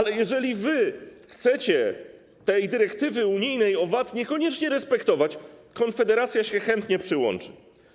Ale jeżeli wy chcecie tę dyrektywę unijną o VAT niekoniecznie respektować, Konfederacja się chętnie przyłączy.